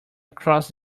across